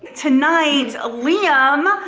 tonight liam,